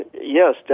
yes